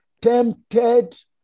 tempted